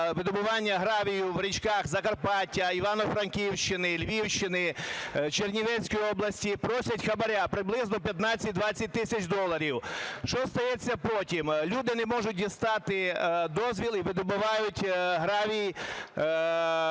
видобування гравію в річках Закарпаття, Івано-Франківщини, Львівщини, Чернівецькій області просять хабара приблизно 15-20 тисяч доларів. Що стається потім? Люди не можуть дістати дозвіл і видобувають гравій